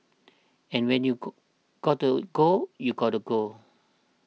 and when you got gotta go you gotta go